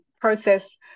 process